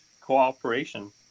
cooperation